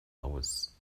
aus